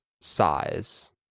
size